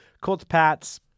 Colts-Pats